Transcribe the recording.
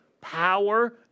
power